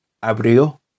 Abrió